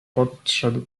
podszedł